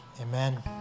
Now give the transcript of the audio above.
amen